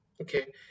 Okay